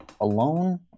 alone